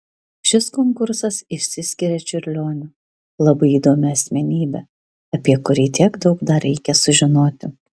šis konkursas išsiskiria čiurlioniu labai įdomia asmenybe apie kurį tiek daug dar reikia sužinoti